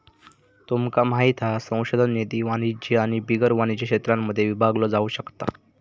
तुमका माहित हा संशोधन निधी वाणिज्य आणि बिगर वाणिज्य क्षेत्रांमध्ये विभागलो जाउ शकता